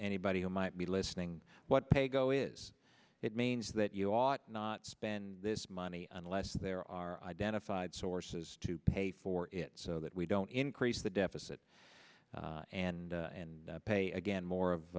ybody who might be listening what paygo is it means that you ought not spend this money unless there are identified sources to pay for it so that we don't increase the deficit and pay again more of